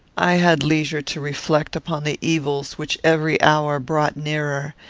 i had leisure to reflect upon the evils which every hour brought nearer,